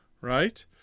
right